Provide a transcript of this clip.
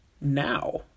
now